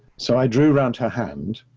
so i drew around her hand,